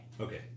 Okay